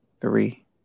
three